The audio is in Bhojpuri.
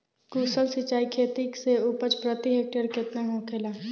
कुशल सिंचाई खेती से उपज प्रति हेक्टेयर केतना होखेला?